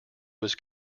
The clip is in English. was